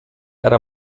era